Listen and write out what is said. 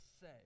say